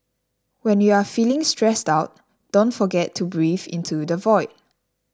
when you are feeling stressed out don't forget to breathe into the void